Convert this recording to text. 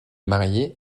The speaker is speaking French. marié